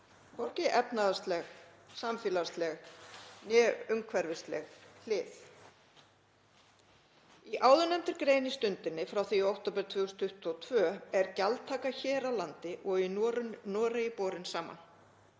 hvorki efnahagsleg, samfélagsleg né umhverfisleg hlið. Í áðurnefndri grein í Stundinni frá því í október 2022 er gjaldtaka hér á landi og í Noregi borin saman.